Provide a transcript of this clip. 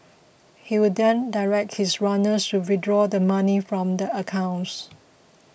he would then direct his runners to withdraw the money from the accounts